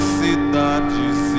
cidades